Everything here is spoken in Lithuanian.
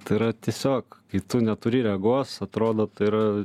tai yra tiesiog kai tu neturi regos atrodo tai yra